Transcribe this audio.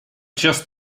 just